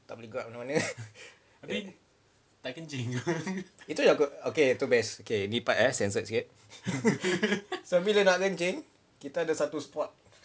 tak juga okay itu best okay this part censored sikit bila nak kencing kita ada satu spot